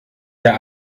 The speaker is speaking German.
der